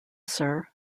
sir